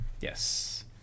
Yes